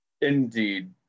Indeed